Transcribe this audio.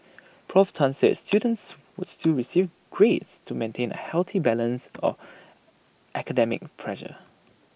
Prof Tan said students would still receive grades to maintain A healthy balance of academic pressure